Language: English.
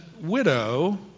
widow